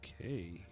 Okay